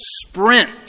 Sprint